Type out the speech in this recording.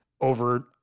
over